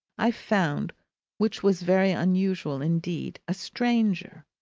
i found which was very unusual indeed a stranger.